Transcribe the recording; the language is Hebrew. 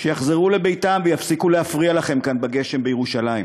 שיחזרו לביתם ויפסיקו להפריע לכם כאן בגשם בירושלים.